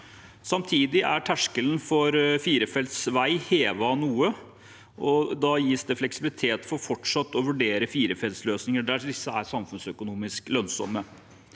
Samtidig er terskelen for firefeltsvei hevet noe, og det gis fleksibilitet for fortsatt å vurdere firefeltsløsninger der disse er samfunnsøkonomisk lønnsomme.